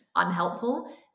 unhelpful